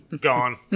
Gone